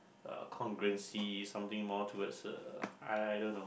uh congruency something more towards uh I don't know